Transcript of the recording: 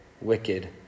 wicked